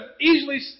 easily